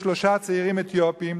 היו שלושה צעירים אתיופים,